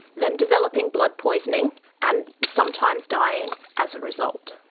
them developing blood poisoning and sometimes dying as a result.